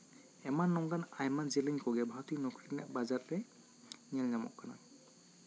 ᱮᱢᱟᱱ ᱱᱚᱝᱠᱟᱱ ᱟᱭᱢᱟ ᱡᱮᱞᱮᱧ ᱠᱚᱜᱮ ᱵᱷᱟᱨᱚᱛᱤᱭᱚ ᱱᱚᱠᱨᱤ ᱨᱮᱭᱟᱜ ᱵᱟᱡᱟᱨ ᱛᱮ ᱧᱮᱞ ᱧᱟᱢᱚᱜ ᱠᱟᱱᱟ